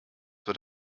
wird